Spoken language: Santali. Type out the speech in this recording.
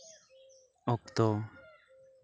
ᱚᱠᱛᱚ